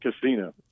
casino